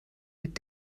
mit